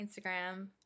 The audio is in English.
instagram